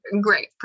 great